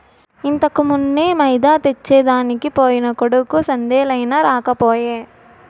ఇంతకుమున్నే మైదా తెచ్చెదనికి పోయిన కొడుకు సందేలయినా రాకపోయే